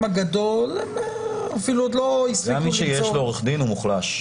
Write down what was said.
הגדול הם --- גם מי שיש לו עורך דין הוא מוחלש.